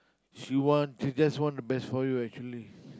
she want she just want the best for you actually